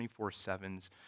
24-7s